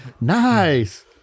Nice